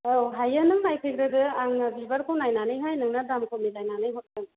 औ हायो नों नायफैग्रोदो आङो बिबारखौ नायनानैहाय नोंनो दामखौ मिलायनानै हरगोन